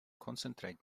concentrate